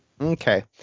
Okay